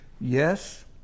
Yes